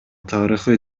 тарыхый